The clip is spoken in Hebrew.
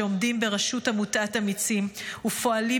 שעומדים בראשות עמותת "אמיצים" ופועלים